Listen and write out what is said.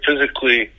physically